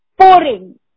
pouring